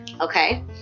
Okay